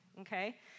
Okay